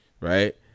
right